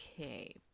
Okay